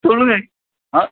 சொல்லுங்கள் ஆ